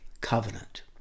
Covenant